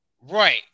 Right